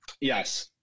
Yes